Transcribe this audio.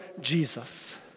Jesus